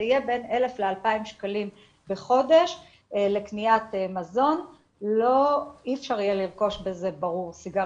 ללימודים באותם מוסדות -- ומה יהיה בסגר